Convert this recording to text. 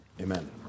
Amen